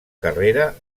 carrera